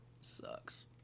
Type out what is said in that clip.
Sucks